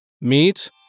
Meet